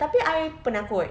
tapi I penakut